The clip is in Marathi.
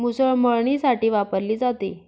मुसळ मळणीसाठी वापरली जाते